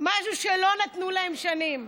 משהו שלא נתנו להם שנים.